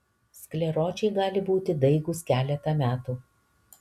skleročiai gali būti daigūs keletą metų